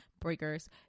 breakers